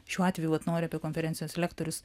šiuo atveju vat noriu apie konferencijos lektorius